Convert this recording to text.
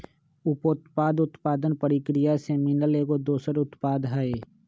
उपोत्पाद उत्पादन परकिरिया से मिलल एगो दोसर उत्पाद हई